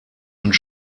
und